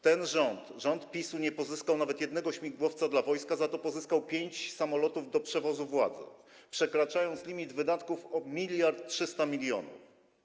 Ten rząd, rząd PiS, nie pozyskał nawet jednego śmigłowca dla wojska, za to pozyskał pięć samolotów do przewozu władzy, przekraczając limit wydatków o 1300 mln.